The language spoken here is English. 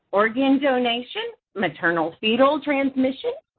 organ donation, maternal-fetal transmission,